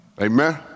Amen